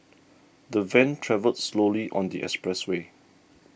the van travelled slowly on the expressway